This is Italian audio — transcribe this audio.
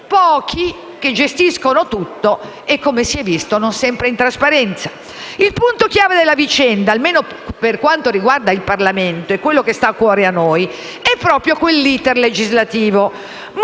Pochi che gestiscono tutto e, come si è visto, non sempre in trasparenza. Il punto chiave della vicenda, almeno per quanto riguarda il Parlamento (quello che sta a cuore a noi), è proprio quell'*iter* legislativo.